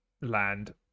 land